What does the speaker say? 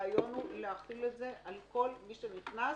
הרעיון הוא להחיל את זה על כל מי שנכנס